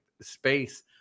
space